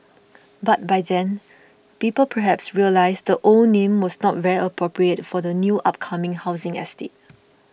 but by then people perhaps realised the old name was not very appropriate for the new upcoming housing estate